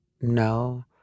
No